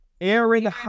Aaron